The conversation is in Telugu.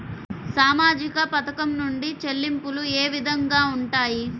సామాజిక పథకం నుండి చెల్లింపులు ఏ విధంగా ఉంటాయి?